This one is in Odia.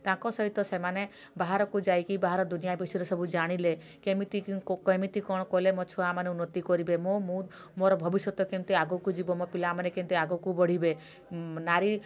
ତାଙ୍କ ସହିତ ସେମାନେ ବାହାରକୁ ଯାଇକି ବାହାର ଦୁନିଆ ବିଷୟରେ ସବୁ ଜାଣିଲେ କେମିତି କେମିତି କ'ଣ କଲେ ମୋ ଛୁଆ ମାନେ ଉନ୍ନତି କରିବେ ମୁଁ ମୁଁ ମୋର ଭବିଷ୍ୟତ କେମିତି ଆଗକୁ ଯିବ ମୋ ପିଲା ମାନେ କେମିତି ଆଗକୁ ବଢ଼ିବେ ନାରୀ